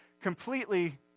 completely